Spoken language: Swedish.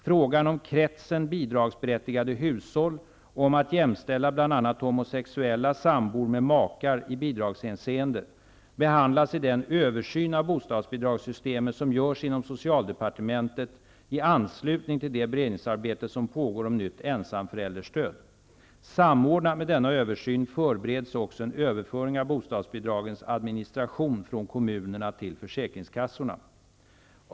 Frågan om kretsen bidragsberättigade hushåll och om att jämställa bl.a. homosexuella sambor med makar i bidragshänseende behandlas i den översyn av bostadsbidragssystemet som görs inom socialdepartementet i anslutning till det beredningsarbete som pågår om ett nytt ensamförälderstöd. Samordnat med denna översyn förbereds också en överföring av bostadsbidragens administration från kommunerna till försäkringskassorna.